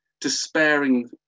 despairing